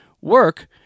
work